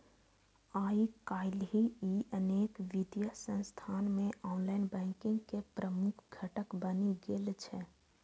आइकाल्हि ई अनेक वित्तीय संस्थान मे ऑनलाइन बैंकिंग के प्रमुख घटक बनि गेल छै